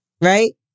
right